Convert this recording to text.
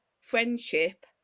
friendship